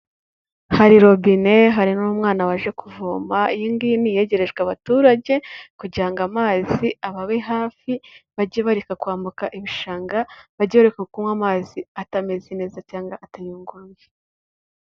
Hari robine hari n'umwana waje kuvoma, iyi ngiyi ni iyegerejwe abaturage kugira ngo amazi ababe hafi, bajye bareka kwambuka ibishanga bajye bareka kunywa amazi atameze neza cyangwa atayunguruye.